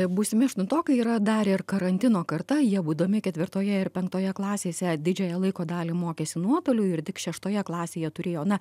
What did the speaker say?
būsimi aštuntokai yra dar ir karantino karta jie būdami ketvirtoje ir penktoje klasėse didžiąją laiko dalį mokėsi nuotoliu ir tik šeštoje klasėje turėjo na